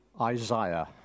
Isaiah